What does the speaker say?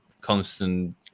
constant